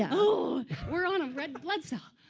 ah ah we're on a red blood cell.